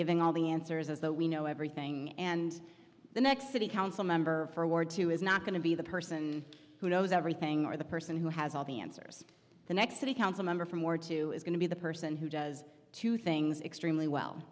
giving all the answers as though we know everything and the next city council member for awards who is not going to be the person who knows everything or the person who has all the answers the next city council member from or to is going to be the person who does two things extremely well